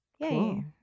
Yay